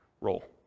role